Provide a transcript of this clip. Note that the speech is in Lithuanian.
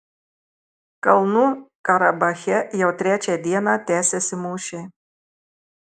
kalnų karabache jau trečią dieną tęsiasi mūšiai